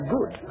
Good